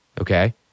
okay